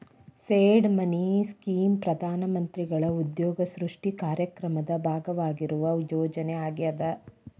seed money scheme ಪ್ರಧಾನ ಮಂತ್ರಿಗಳ ಉದ್ಯೋಗ ಸೃಷ್ಟಿ ಕಾರ್ಯಕ್ರಮದ ಭಾಗವಾಗಿರುವ ಯೋಜನೆ ಆಗ್ಯಾದ